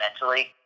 mentally